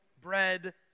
bread